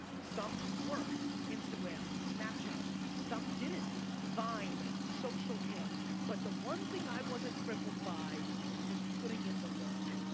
some worked. instagram, snapchat. some didn't vine, socialcam but the one thing i wasn't crippled by was putting in the work.